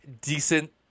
decent